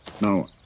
No